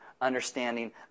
Understanding